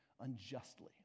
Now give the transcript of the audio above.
unjustly